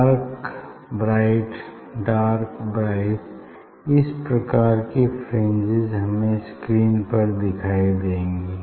dark bright dark bright इस प्रकार की फ्रिंजेस हमें स्क्रीन पर दिखाई देंगी